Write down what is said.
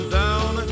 down